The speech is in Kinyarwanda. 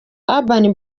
urban